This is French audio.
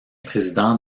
président